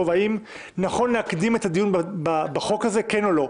האם נכון להקדים את הדיון בחוק הזה או לא.